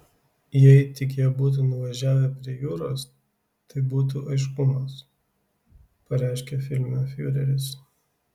jei tik jie būtų nuvažiavę prie jūros tai būtų aiškumas pareiškia filme fiureris